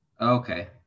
Okay